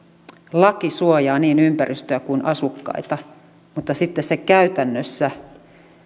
laki suojaa niin ympäristöä kuin asukkaita mutta sitten käytännössä